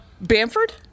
Bamford